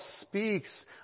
speaks